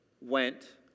went